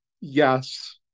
Yes